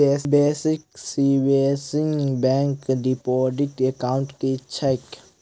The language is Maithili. Basic savings bank deposit account की छैक?